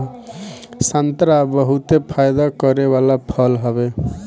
संतरा बहुते फायदा करे वाला फल हवे